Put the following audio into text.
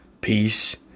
peace